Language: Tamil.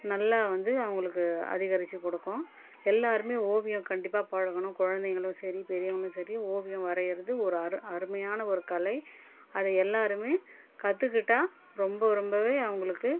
நல்லா வந்து அவங்களுக்கு அதிகரிச்சு குடுக்கும் எல்லாருமே ஓவியம் கண்டிப்பாக பழகணும் குழந்தைங்களும் சரி பெரியவர்களும் சரி ஓவியம் வரையுறது ஒரு அரு அருமையான ஒரு கலை அதை எல்லாருமே கத்துக்கிட்டால் ரொம்ப ரொம்பவே அவங்களுக்கு